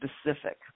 specific